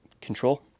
control